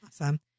Awesome